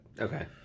Okay